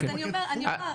אני אומר,